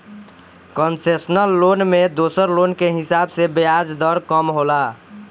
concessional loan में दोसर loan के हिसाब से ब्याज दर कम होला